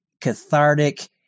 cathartic